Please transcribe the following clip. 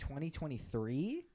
2023